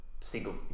single